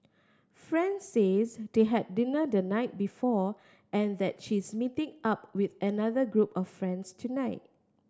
friend says they had dinner the night before and that she's meeting up with another group of friends tonight